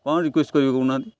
କ'ଣ ରିକ୍ୱେଏଷ୍ଟ କରିବି କହୁନାହାନ୍ତି